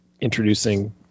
introducing